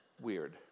weird